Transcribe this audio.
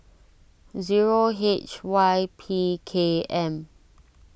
zero H Y P K M